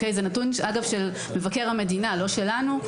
זה נתון אגב של מבקר המדינה לא שלנו,